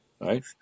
right